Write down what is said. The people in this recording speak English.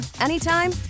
anytime